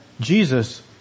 Jesus